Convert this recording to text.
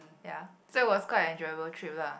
ya so it was kind of enjoyable trip lah